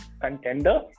contender